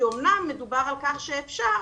אומנם מדובר על כך שאפשר,